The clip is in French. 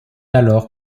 alors